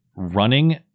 Running